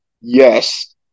yes